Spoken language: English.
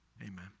Amen